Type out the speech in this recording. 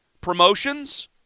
promotions